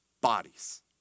bodies